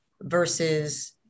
versus